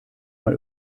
mal